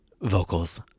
vocals